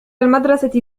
المدرسة